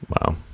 Wow